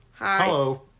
Hello